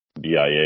BIA